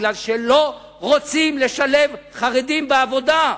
כי לא רוצים לשלב חרדים בעבודה.